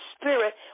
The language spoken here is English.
spirit